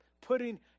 putting